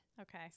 Okay